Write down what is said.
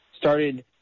started